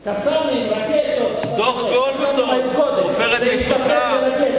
"קסאמים", "רקטות" דוח-גולדסטון, "עופרת יצוקה",